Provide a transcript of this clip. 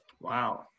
Wow